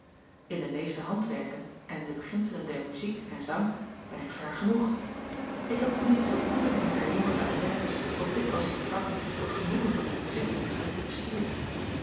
in de meeste handwerken en in de beginselen der muziek en zang ben ik ver genoeg ik heb ten minste de oefeningen der jongere élèves al dikwijls in die vakken tot genoegen van den muziekmeester bestuurd